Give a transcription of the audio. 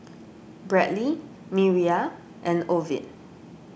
Bradley Miriah and Ovid